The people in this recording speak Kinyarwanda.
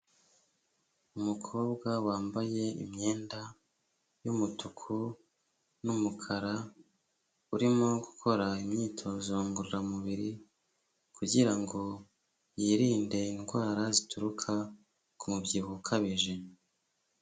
Umukobwa wambaye imyenda y'umutuku n'umukara, urimo gukora imyitozo ngororamubiri kugirango yirinde indwara zituruka ku mubyibuho ukabije.